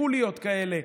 קוליות כאלה,